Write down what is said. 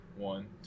One